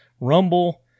Rumble